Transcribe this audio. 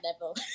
level